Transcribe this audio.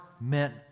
meant